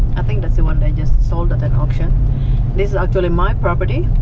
i think that's the one they just sold at an auction. this is actually my property,